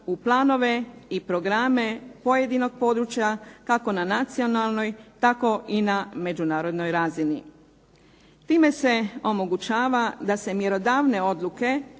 u planove i programe pojedinog područja, kako na nacionalnoj tako i na međunarodnoj razini. Time se omogućava da se mjerodavne odluke